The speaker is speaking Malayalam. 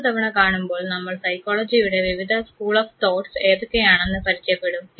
അടുത്ത തവണ കാണുമ്പോൾ നമ്മൾ സൈക്കോളജിയുടെ വിവിധ സ്കൂൾസ് ഓഫ് തോട്സ് ഏതൊക്കെയാണെന്ന് പരിചയപ്പെടും